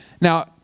Now